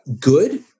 good